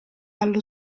allo